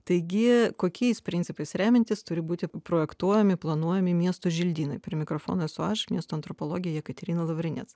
taigi kokiais principais remiantis turi būti projektuojami planuojami miestų želdynai prie mikrofono esu aš miesto antropologė jekaterina lavrinec